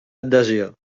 adhesió